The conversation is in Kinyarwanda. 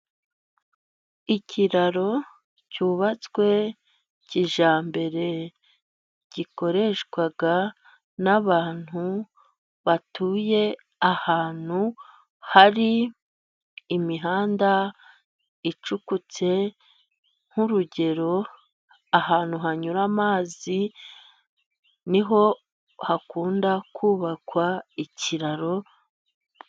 Ikiraro cyubatswe kijyambere, gikoreshwa n'abantu batuye ahantu hari imihanda icukutse nk'urugero ahantu hanyura amazi, niho hakunda kubakwa ikiraro.